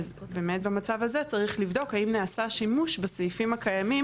אז באמת במצב הזה צריך לבדוק האם נעשה שימוש בסעיפים הקיימים.